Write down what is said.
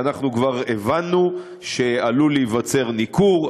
אנחנו כבר הבנו שעלול להיווצר ניכור,